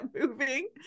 moving